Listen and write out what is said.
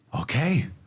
Okay